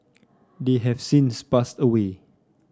they have since passed away